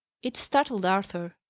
it startled arthur.